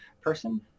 person